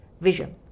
vision